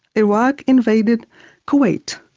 iraq invaded kuwait,